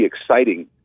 exciting